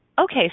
okay